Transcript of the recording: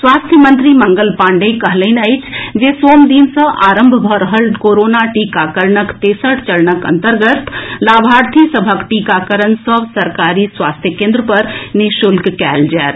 स्वास्थ्य मंत्री मंगल पांडेय कहलनि अछि जे सोम दिन सँ आरंभ भऽ रहल कोरोना टीकाकरणक तेसर चरणक अंतर्गत लाभार्थी सभक टीकाकरण सभ सरकारी स्वास्थ्य केन्द्र पर नि शुल्क कयल जायत